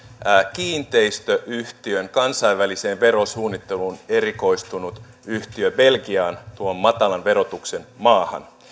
kiinteistöyhtiön kansainväliseen verosuunnitteluun erikoistunut yhtiö belgiaan tuon matalan verotuksen maahan